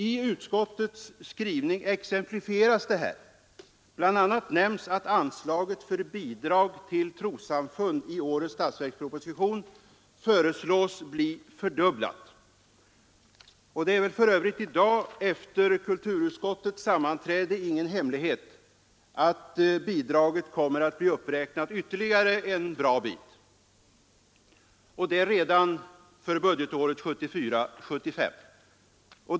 I utskottets skrivning exemplifieras detta. Bl. a. nämns att anslaget till bidrag till trossamfunden i årets statsverksproposition föreslås bli fördubblat. Det är väl för övrigt efter kulturutskottets sammanträde i dag ingen hemlighet att bidraget kommer att bli uppräknat ytterligare en bra bit, redan för budgetåret 1974/75.